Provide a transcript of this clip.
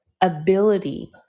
ability